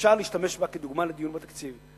שאפשר להשתמש בה כדוגמה לדיון בתקציב,